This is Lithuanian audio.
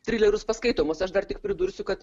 trilerius paskaitomus aš dar tik pridursiu kad